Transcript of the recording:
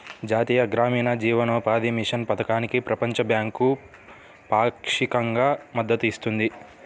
జాతీయ గ్రామీణ జీవనోపాధి మిషన్ పథకానికి ప్రపంచ బ్యాంకు పాక్షికంగా మద్దతు ఇస్తుంది